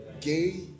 gay